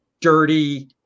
dirty